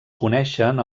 coneixen